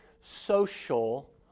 social